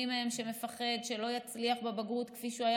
מי מהם שמפחד שלא יצליח בבגרות כפי שהוא היה